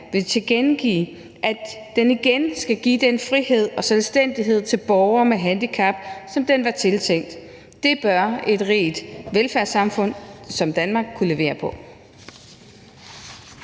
vil tilkendegive, at ordningen igen skal give den frihed og selvstændighed til borgere med handicap, som den var tiltænkt. Det bør et rigt velfærdssamfund som Danmark kunne levere på.